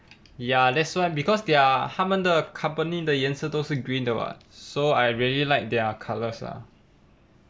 ya that's why because their 他们的 company 的颜色都是 green 的 what so I really like their colours lah